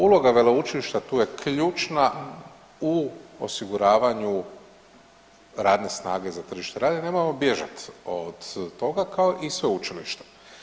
Uloga veleučilišta tu je ključna u osiguravanju radne snage za tržište rada i ne moramo bježati od toga, kao i sveučilišta.